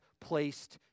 placed